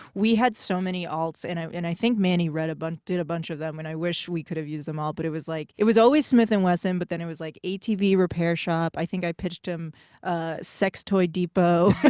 we had so many alts, and i and i think manny did a bunch of them, and i wish we could have used them all. but it was like it was always smith and wesson, but then it was like atv repair shop. i think i pitched him sex toy depot.